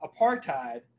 apartheid